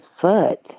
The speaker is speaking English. foot